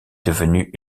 devenue